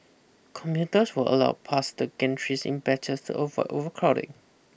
commuters were allowed past the gantries in batches of overcrowding